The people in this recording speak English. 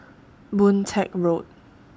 Boon Teck Road